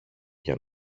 για